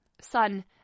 son